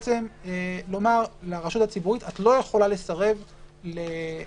לומר לרשות הציבורית: את לא יכולה לסרב לזה